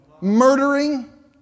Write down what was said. murdering